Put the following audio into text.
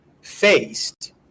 faced